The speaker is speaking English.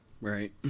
right